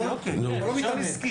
אתה לא מתאמן.